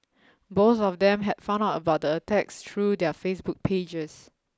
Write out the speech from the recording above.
both of them had found out about the attacks through their Facebook pages